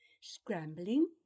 Scrambling